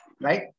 right